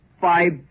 Five